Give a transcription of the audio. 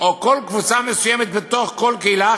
או כל קבוצה מסוימת בתוך כל קהילה,